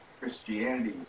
Christianity